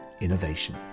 innovation